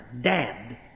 dad